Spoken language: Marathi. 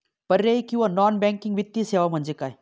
पर्यायी किंवा नॉन बँकिंग वित्तीय सेवा म्हणजे काय?